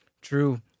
True